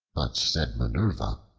but said minerva,